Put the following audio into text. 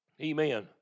Amen